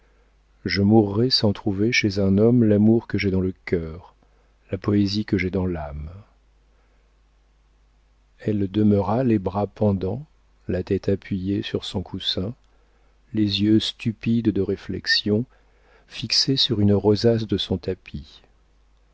je mourrai sans trouver chez un homme l'amour que j'ai dans le cœur la poésie que j'ai dans l'âme elle demeura les bras pendants la tête appuyée sur son coussin les yeux stupides de réflexion fixés sur une rosace de son tapis